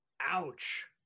Ouch